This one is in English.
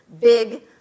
big